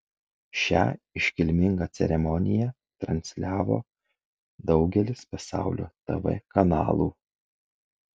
šią iškilmingą ceremoniją transliavo daugelis pasaulio tv kanalų